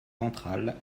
ventrale